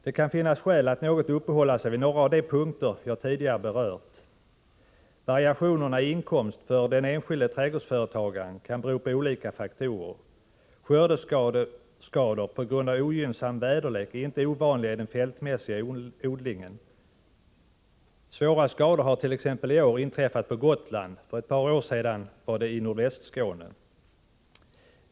Det kan finnas skäl att något uppehålla sig vid några av de punkter jag tidigare berört. Variationerna i inkomst för den enskilde trädgårdsföretagaren kan ha sin grund i olika faktorer. Skördeskador på grund av ogynnsam väderlek är inte ovanliga i fråga om den fältmässiga odlingen. I år t.ex. har svåra skador uppstått på Gotland. För ett par år sedan drabbades nordvästra Skåne.